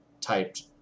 typed